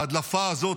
ההדלפה הזאת,